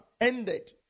ended